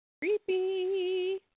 Creepy